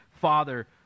Father